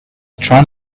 trying